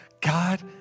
God